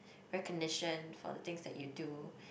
recognition for the things that you do